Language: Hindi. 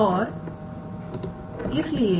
और इसलिए